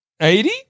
Eighty